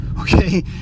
okay